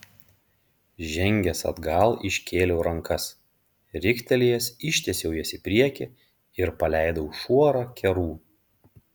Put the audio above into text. žengęs atgal iškėliau rankas riktelėjęs ištiesiau jas į priekį ir paleidau šuorą kerų